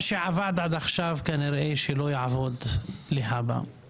מה שעבד עד עכשיו כנראה שלא יעבוד להבא,